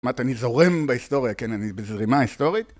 יהושוע שווארץ הוא בחור שלא יעבור את התחקור הבטחוני לעבור לחטיבה